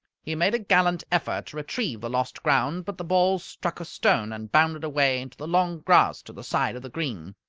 he made a gallant effort to retrieve the lost ground, but the ball struck a stone and bounded away into the long grass to the side of the green.